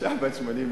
אשה בת 86,